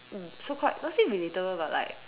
so called not say relatable but like